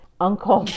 uncle